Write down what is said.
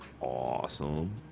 Awesome